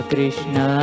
Krishna